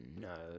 No